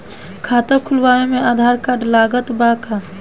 खाता खुलावे म आधार कार्ड लागत बा का?